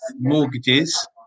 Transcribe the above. mortgages